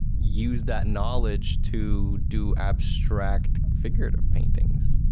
use that knowledge to do abstract figurative paintings,